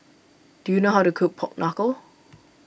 do you know how to cook Pork Knuckle